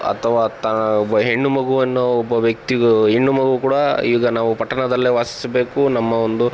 ಅಥವಾ ತಾ ಒಬ್ಬ ಹೆಣ್ಣು ಮಗುವನ್ನು ಒಬ್ಬ ವ್ಯಕ್ತಿಗು ಹೆಣ್ಣು ಮಗು ಕೂಡ ಈಗ ನಾವು ಪಟ್ಟಣದಲ್ಲೇ ವಾಸಿಸಬೇಕು ನಮ್ಮ ಒಂದು